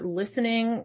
listening